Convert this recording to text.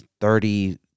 thirty